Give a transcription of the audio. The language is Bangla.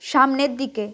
সামনের দিকে